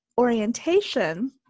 orientation